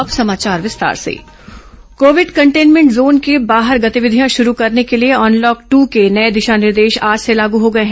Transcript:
unlock दूसरा चरण Covid containment zone से बाहर गतिविधियां शुरू करने के लिए अनलॉक दो के नए दिशा निर्देश आज से लागू हो गए हैं